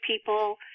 people